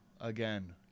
again